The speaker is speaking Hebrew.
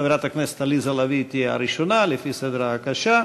חברת הכנסת עליזה לביא תהיה הראשונה לפי סדר ההגשה,